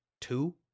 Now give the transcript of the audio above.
Two